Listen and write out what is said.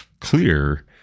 clear